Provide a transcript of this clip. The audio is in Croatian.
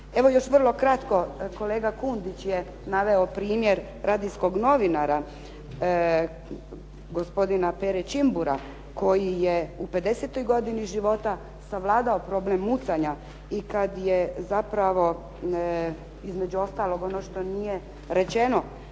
Evo još vrlo kratko. Kolega Kundić je naveo primjer radijskog novinara gospodina Pere Čimbura koji je u pedesetoj godini života savladao problem mucanja. I kad je zapravo između ostalog ono što nije rečeno